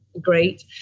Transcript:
great